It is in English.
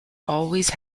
always